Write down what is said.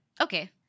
Okay